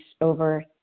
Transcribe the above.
over